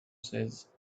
says